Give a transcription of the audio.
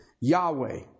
Yahweh